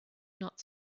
not